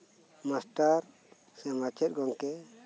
master ᱥᱮ ᱢᱟᱪᱮᱫ ᱜᱚᱝᱠᱮ